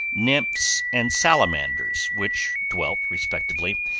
nymphs and salamanders, which dwelt, respectively,